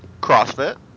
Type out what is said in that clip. CrossFit